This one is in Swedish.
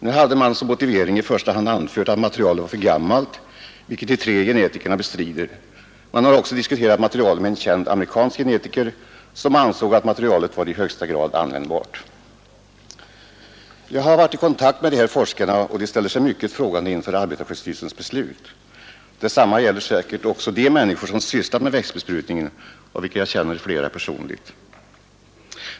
Nu hade man som motivering i första hand anfört att materialet var för gammalt, vilket de tre genetikerna bestrider. De har också diskuterat materialet med en känd amerikansk genetiker, som ansåg att materialet var i högsta grad användbart. Jag har varit i kontakt med de här forskarna och de ställer sig mycket frågande inför arbetarskyddsstyrelsens beslut. Detsamma gäller säkert också de människor som sysslat med växtbesprutningen, av vilka jag känner flera personligen.